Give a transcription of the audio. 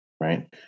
right